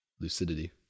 Lucidity